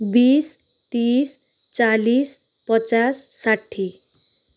बिस तिस चालिस पचास साठी